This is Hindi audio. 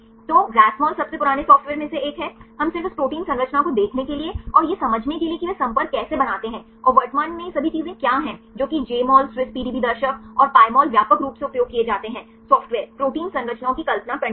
तो रासमोल सबसे पुराने सॉफ्टवेयर में से एक है हम सिर्फ इस प्रोटीन संरचना को देखने के लिए और यह समझने के लिए कि वे संपर्क कैसे बनाते हैं और वर्तमान में ये सभी चीजें क्या हैं जो कि Jmol Swiss PDB दर्शक और Pymol व्यापक रूप से उपयोग किए जाते हैं सॉफ्टवेयर प्रोटीन संरचनाओं की कल्पना करने के लिए